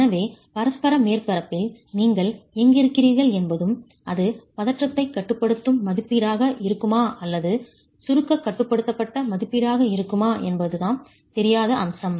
எனவே பரஸ்பர மேற்பரப்பில் நீங்கள் எங்கிருக்கிறீர்கள் என்பதும் அது பதற்றத்தைக் கட்டுப்படுத்தும் மதிப்பீடாக இருக்குமா அல்லது சுருக்கக் கட்டுப்படுத்தப்பட்ட மதிப்பீடாக இருக்குமா என்பதும் தெரியாத அம்சம்